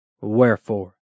wherefore